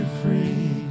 free